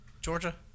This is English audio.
Georgia